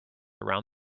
around